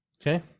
Okay